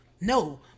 No